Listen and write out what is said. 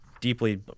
deeply